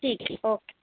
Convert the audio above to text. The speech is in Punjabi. ਠੀਕ ਜੀ ਓਕੇ